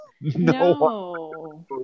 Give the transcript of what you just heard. No